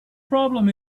problem